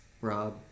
Rob